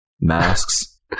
masks